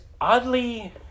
oddly